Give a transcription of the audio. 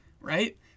Right